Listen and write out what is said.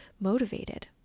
motivated